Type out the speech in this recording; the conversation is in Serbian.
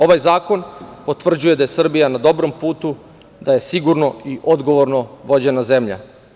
Ovaj zakon potvrđuje da je Srbija na dobrom putu, da je sigurno i odgovorno vođena zemlja.